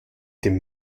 dem